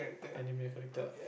anime character ah